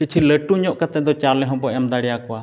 ᱠᱤᱪᱷᱩ ᱞᱟᱹᱴᱩ ᱧᱚᱜ ᱠᱟᱛᱮ ᱫᱚ ᱪᱟᱣᱞᱮ ᱦᱚᱸᱵᱚ ᱮᱢ ᱫᱟᱲᱮᱭᱟᱠᱚᱣᱟ